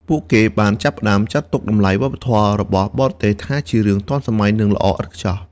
ពួកគេបានចាប់ផ្តើមចាត់ទុកតម្លៃវប្បធម៌របស់បរទេសថាជារឿងទាន់សម័យនិងល្អឥតខ្ចោះ។